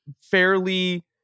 fairly